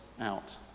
out